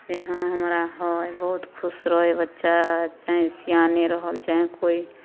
जे हँ हमरा हइ बहुत खुश रहै हइ बच्चा चाहेँ सियाने रहल चाहे कोइ